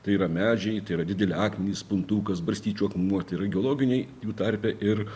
tai yra medžiai tai yra dideli akmenys puntukas barstyčių akmuo tai yra geologiniai jų tarpe ir